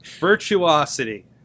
Virtuosity